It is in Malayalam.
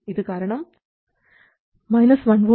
ഇതുകാരണം 1 V 4